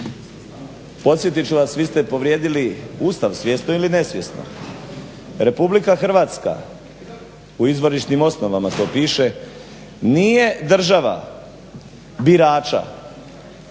Podsjetit ću vas vi ste povrijedili Ustav svjesno ili nesvjesno. Republika Hrvatska u izvorišnim osnovama to piše nije država birača